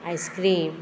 icecream